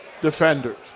defenders